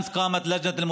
אתה